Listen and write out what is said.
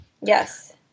Yes